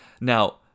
Now